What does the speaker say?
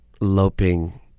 loping